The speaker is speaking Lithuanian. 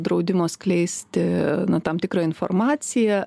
draudimo skleisti tam tikrą informaciją